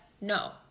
No